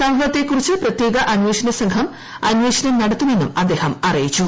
സംഭവത്തെക്കുറിച്ച് പ്രത്യേക അന്വേഷണ സംഘം അന്വേഷണം നടത്തുമെന്നും അദ്ദേഹം അറിയിച്ചു